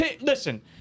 Listen